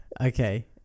okay